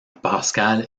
pascal